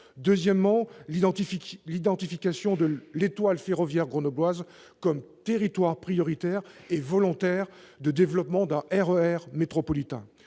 deuxièmement, l'identification de l'étoile ferroviaire grenobloise comme territoire prioritaire et volontaire de développement d'un « RER » métropolitain.